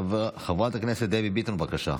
חברת הכנסת דבי ביטון, בבקשה.